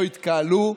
לא התקהלו.